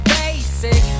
basic